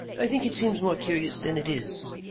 i think it seems more curious than it is,